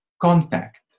contact